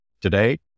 today